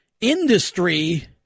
industry